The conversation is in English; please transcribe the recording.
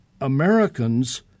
Americans